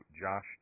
Josh